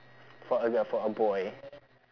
for a girl for a boy